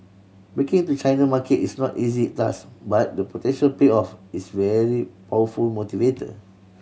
breaking into China market is no easy task but the potential payoff is very powerful motivator